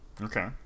Okay